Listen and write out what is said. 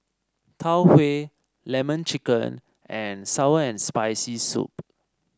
Tau Huay lemon chicken and sour and Spicy Soup